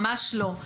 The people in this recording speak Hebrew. ממש לא,